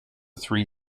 three